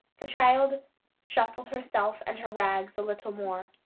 the child shuffled herself and her rags a little more.